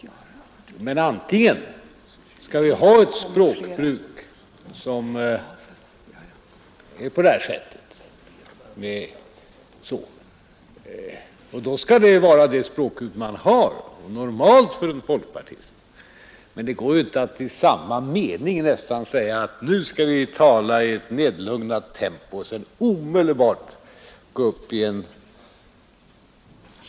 Vi kan naturligtvis ha ett sådant här språkbruk — och då skall det vara det språkbruk en folkpartist normalt har. Men det går inte att säga att nu skall vi tala i ett nedlugnat tempo och sedan nästan i samma mening gå över till det här språkbruket.